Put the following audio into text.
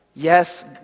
Yes